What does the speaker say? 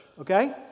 okay